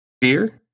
beer